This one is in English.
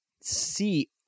see